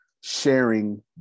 sharing